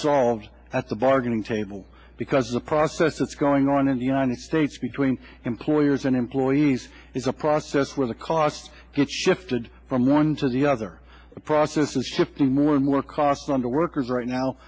solved at the bargaining table because the process that's going on in the united states between employers and employees is a process where the cost has shifted from one to the other a process of shifting more and more costs on to workers right now